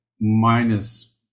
minus